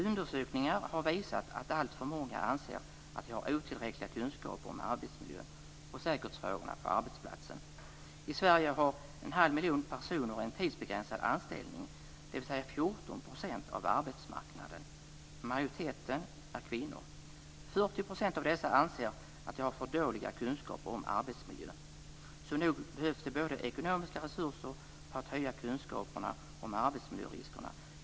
Undersökningar har visat att alltför många anser att de har otillräckliga kunskaper om arbetsmiljön och säkerhetsfrågorna på arbetsplatsen. I Sverige har en halv miljon personer en tidsbegränsad anställning, dvs. 14 % av arbetsmarknaden. Majoriteten är kvinnor. 40 % av dessa anser att de har för dåliga kunskaper om arbetsmiljön, så nog behövs det ekonomiska resurser för att höja kunskaperna om arbetsmiljöriskerna.